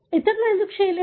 ఇతరులు ఎందుకు చేయలేదు